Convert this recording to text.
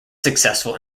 successful